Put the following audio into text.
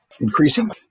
increasing